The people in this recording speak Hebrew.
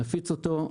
נפיץ אותו.